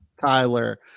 Tyler